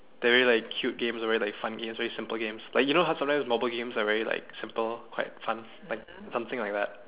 they're very like cute games or very like fun games very simple games like you know how sometimes mobile games are very like simple quite fun like something like that